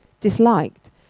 disliked